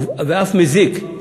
ואף מזיק.